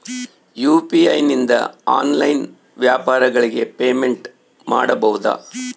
UPI ನಿಂದ online ವ್ಯಾಪಾರಗಳಿಗೆ payment ಮಾಡಬಹುದಾ?